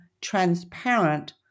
transparent